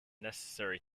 necessary